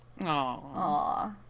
Aw